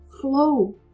flow